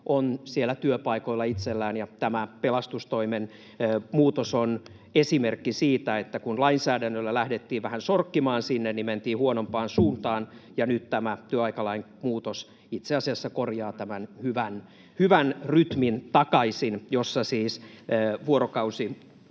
on työpaikoilla itsellään. Tämä pelastustoimen muutos on esimerkki siitä, että kun lainsäädännöllä lähdettiin vähän sorkkimaan sinne, niin mentiin huonompaan suuntaan. Ja nyt tämä työaikalain muutos itse asiassa korjaa takaisin tämän hyvän rytmin, jossa siis vuorokausityöaikaa